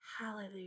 Hallelujah